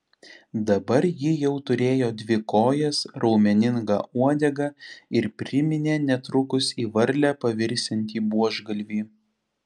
dabar ji jau turėjo dvi kojas raumeningą uodegą ir priminė netrukus į varlę pavirsiantį buožgalvį